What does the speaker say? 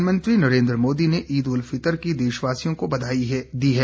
प्रधानमंत्री नरेंद्र मोदी ने ईद उल फितर की देशवासियों को बधाई दी है